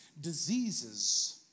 Diseases